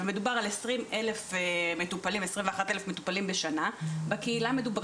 ומדובר על 21 אלף מטופלים בשנה בקהילה מדברים